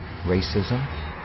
racism